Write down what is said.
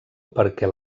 perquè